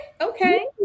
Okay